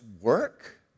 work